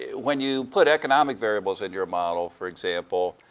when you put economic variables in your model, for example,